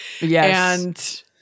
Yes